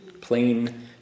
plain